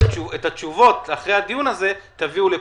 את התשובות אחרי הדיון הזה תביאו לפה.